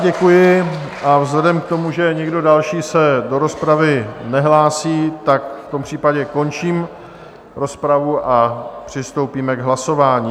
Děkuji a vzhledem k tomu, že nikdo další se do rozpravy nehlásí, tak v tom případě končím rozpravu a přistoupíme k hlasování.